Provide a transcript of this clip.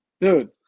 Dude